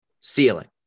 ceiling